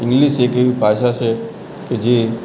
English એક એવી ભાષા છે કે જે